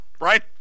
right